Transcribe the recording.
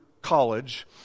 college